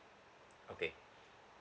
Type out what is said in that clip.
okay